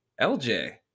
LJ